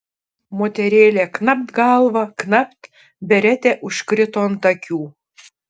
moterėlė knapt galva knapt beretė užkrito ant akių